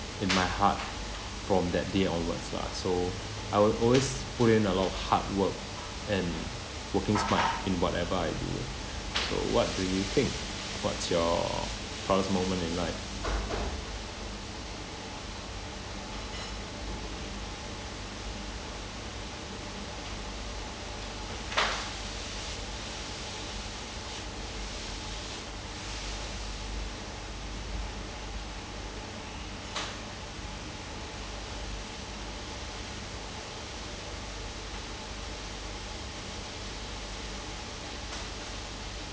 in my heart from that day onwards lah so I will always put in a lot of hard work and working smart in whatever I do so what do you think what's your proudest moment in life